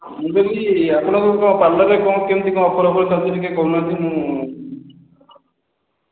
ମୁଁ କହିଲି ଆପଣଙ୍କ ପାର୍ଲରରେ କ'ଣ କେମିତି କ'ଣ ଅଫର ଫପର ଚାଲୁଛି ଟିକେ କହୁନାହାଁନ୍ତି ମୁଁ